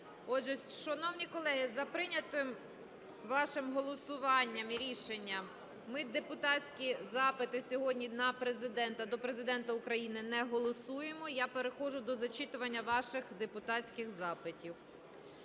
шановні колеги, за прийнятим вашим голосуванням рішенням ми депутатські запити сьогодні до Президента України не голосуємо. І я переходжу до зачитування ваших депутатських запитів.